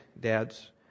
dads